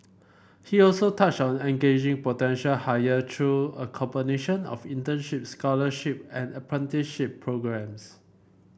he also touched on engaging potential hire through a combination of internship scholarship and apprenticeship programmes